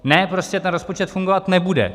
Ne, prostě ten rozpočet fungovat nebude.